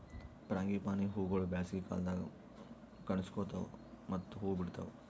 frangipani ಹೂವುಗೊಳ್ ಬ್ಯಾಸಗಿ ಕಾಲದಾಗ್ ಕನುಸ್ಕೋತಾವ್ ಮತ್ತ ಹೂ ಬಿಡ್ತಾವ್